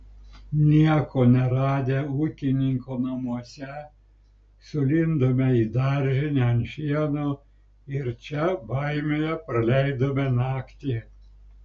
nieko neradę ūkininko namuose sulindome į daržinę ant šieno ir čia baimėje praleidome naktį